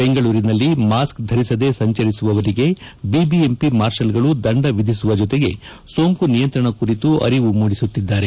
ಬೆಂಗಳೂರಿನಲ್ಲಿ ಮಾಸ್ಕ್ ಧರಿಸದೇ ಸಂಚರಿಸುವವರಿಗೆ ಬಿಬಿಎಂಪಿ ಮಾರ್ಷಲ್ಗಳು ದಂಡ ವಿಧಿಸುವ ಜೊತೆಗೆ ಸೋಂಕು ನಿಯಂತ್ರಣ ಕುರಿತು ಅರಿವು ಮೂಡಿಸುತ್ತಿದ್ದಾರೆ